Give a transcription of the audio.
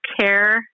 Care